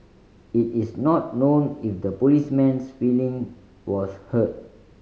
it is not known if the policeman's feeling was hurt